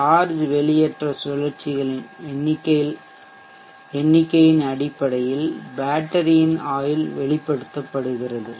charge வெளியேற்ற சுழற்சிகளின் எண்ணிக்கையின் அடிப்படையில் பேட்டரியின் ஆயுள் வெளிப்படுத்தப்படுகிறது